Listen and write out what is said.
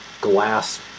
glass